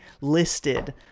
listed